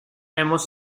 hemos